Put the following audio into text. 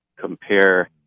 compare